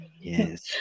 Yes